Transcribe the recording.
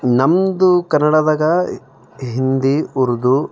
ನಮ್ಮದು ಕನ್ನಡದಾಗ ಹಿಂದಿ ಉರ್ದು